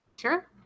Sure